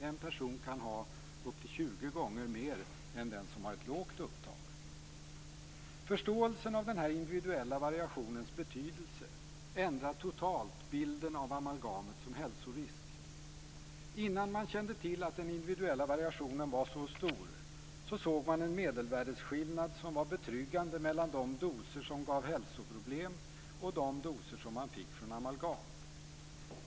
En person kan ha upp 20 gånger mer än den som har ett lågt upptag. Förståelsen av den individuella variationens betydelse ändrar totalt bilden av amalgamet som hälsorisk. Innan man kände till att den individuella variationen var så stor såg man en medelvärdesskillnad som var betryggande mellan de doser som gav hälsoproblem och de doser som man fick från amalgam.